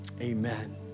amen